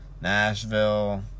Nashville